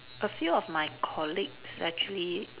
a few of my colleagues actually mm